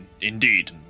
indeed